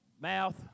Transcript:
mouth